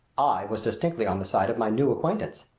i was distinctly on the side of my new acquaintance.